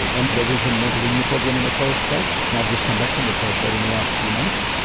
and they've implemented a new program in the torres strait, and i've just come back from the torres strait in the last few months,